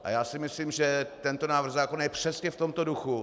A já si myslím, že tento návrh zákona je přesně v tomto duchu.